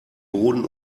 boden